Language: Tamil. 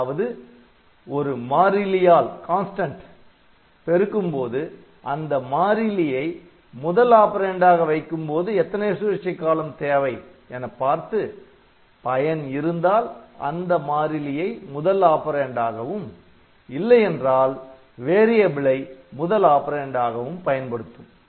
அதாவது ஒரு மாறிலியால் பெருக்கும்போது அந்த மாறிலியை முதல் ஆப்பரேன்ட் ஆக வைக்கும்போது எத்தனை சுழற்சிக் காலம் தேவை எனப் பார்த்து பயன் இருந்தால் அந்த மாறிலியை முதல் ஆப்பரேன்ட் ஆகவும் இல்லையென்றால் மாறி யை முதல் ஆப்பரேன்ட் ஆகவும் பயன்படுத்தும்